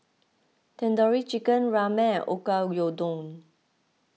Tandoori Chicken Ramen and Oyakodon